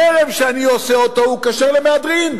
חרם שאני עושה אותו הוא כשר למהדרין.